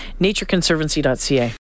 natureconservancy.ca